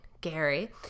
Gary